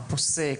פוסק,